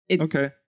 Okay